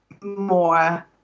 more